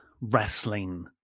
wrestling